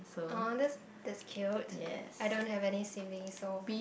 uh that that's cute I don't have any siblings so